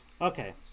Okay